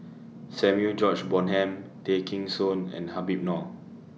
Samuel George Bonham Tay Kheng Soon and Habib Noh